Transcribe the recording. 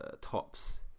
tops